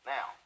Now